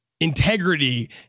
integrity